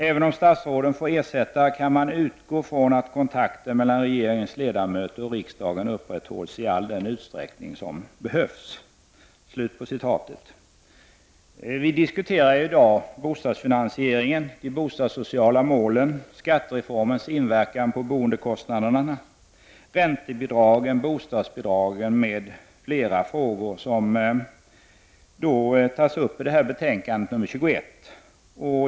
Även om statsråden får ersättare kan man utgå från att kontakten mellan regeringens ledamöter och riksdagen upprätthålls i all den utsträckning som behövs.” Vi diskuterar i dag bostadsfinansieringen, de bostadssociala målen, skatterefomens inverkan på boendekostnaderna, räntebidragen, bostadsbidragen m.fl. frågor som tas upp i betänkande 21.